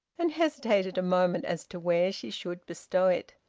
and hesitated a moment as to where she should bestow it.